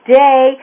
day